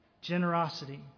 Generosity